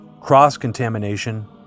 cross-contamination